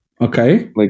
Okay